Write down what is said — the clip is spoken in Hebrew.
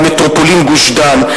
למטרופולין גוש-דן,